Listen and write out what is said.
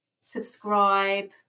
subscribe